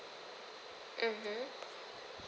mmhmm